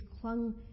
clung